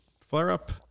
flare-up